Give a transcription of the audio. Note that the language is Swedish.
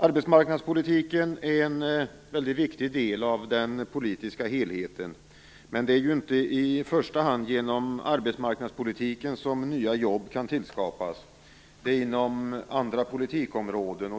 Arbetsmarknadspolitiken är en väldigt viktig del av den politiska helheten. Men det är inte i första hand genom arbetsmarknadspolitiken nya jobb kan skapas, utan inom andra politikområden.